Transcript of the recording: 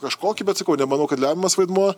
kažkokį bet sakau nemanau kad lemiamas vaidmuo